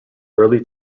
early